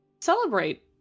celebrate